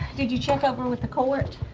did you check um and with the court?